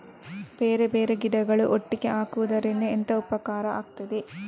ಬೇರೆ ಬೇರೆ ಗಿಡಗಳು ಒಟ್ಟಿಗೆ ಹಾಕುದರಿಂದ ಎಂತ ಉಪಕಾರವಾಗುತ್ತದೆ?